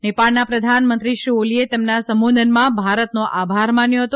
નેપાળનાં પ્રધાનમંત્રી શ્રી ઓલીએ તેમના સંબોધનમાં ભારતનો આભાર માન્યો હતો